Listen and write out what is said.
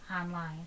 online